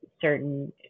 certain